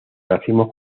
racimos